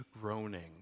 groaning